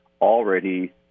already